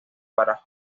para